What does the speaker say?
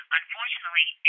unfortunately